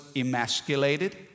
emasculated